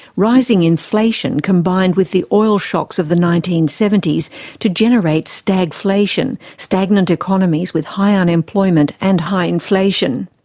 rising inflation combined with the oil shocks of the nineteen seventy s to generate stagflation stagnant economies with high unemployment and high inflation.